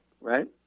Right